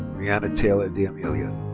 brianna taylor d'amelia.